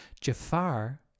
Jafar